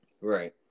Right